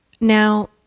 Now